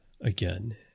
again